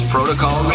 Protocol